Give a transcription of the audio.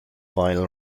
vinyl